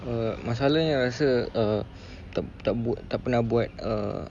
err masalahnya rasa tak tak buat tak pernah buat err